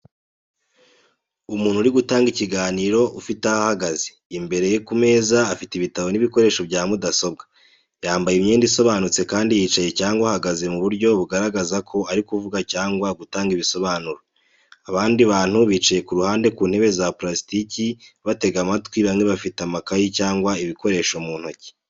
Umuntu uri gutanga ikiganiro ufite aho ahagaze, imbere ku meza afite ibitabo n’ibikoresho bya mudasobwa. Yambaye imyenda isobanutse kandi yicaye cyangwa ahagaze mu buryo bugaragaza ko ari kuvuga cyangwa gutanga ibisobanuro. Abandi bantu bicaye ku ruhande ku ntebe za purasitiki batega amatwi bamwe bafite amakayi cyangwa ibikoresho mu ntoki.